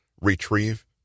retrieve